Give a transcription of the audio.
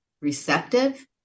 receptive